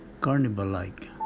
carnival-like